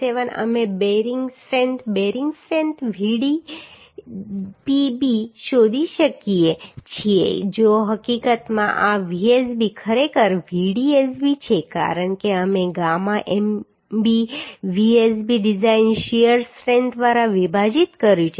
57 અમે bearing strength Vdpb શોધી શકીએ છીએ જો હકીકતમાં આ Vsb ખરેખર Vdsb છે કારણ કે અમે gamma mb Vdsb design shear strength દ્વારા વિભાજિત કર્યું છે